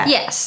Yes